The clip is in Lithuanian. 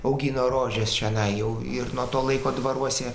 augino rožes čionai jau ir nuo to laiko dvaruose